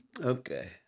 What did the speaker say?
Okay